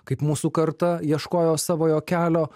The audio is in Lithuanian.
kaip mūsų karta ieškojo savojo kelio